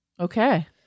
Okay